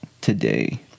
today